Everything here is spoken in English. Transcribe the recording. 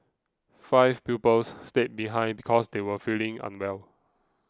five pupils stayed behind because they were feeling unwell